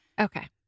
okay